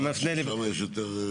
ששם יש יותר בקרה?